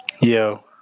Yo